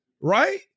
right